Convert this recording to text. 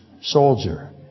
soldier